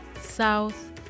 South